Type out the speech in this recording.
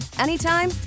anytime